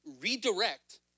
redirect